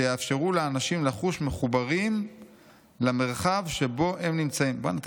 שיאפשרו לאנשים לחוש מחוברים למרחב שבו הם נמצאים" בוא'נה,